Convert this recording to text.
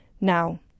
Now